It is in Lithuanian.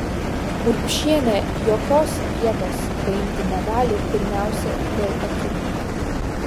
urbšienė jokios vietos paimti negali pirmiausia dėl akių